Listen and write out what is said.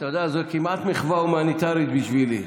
אתה יודע, זו כמעט מחווה הומניטרית בשבילי.